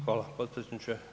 Hvala potpredsjedniče.